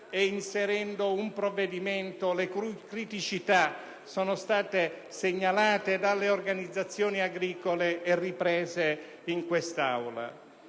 su un provvedimento le cui criticità sono state segnalate dalle organizzazioni agricole e poi riprese in quest'Aula.